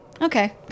okay